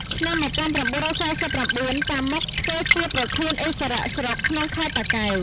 ឆ្នាំ១៩៤៩ តាម៉ុក ធ្វើជាប្រធានឥស្សរៈស្រុក ក្នុងខេត្ត តាកែវ ។